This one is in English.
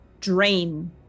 drain